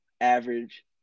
average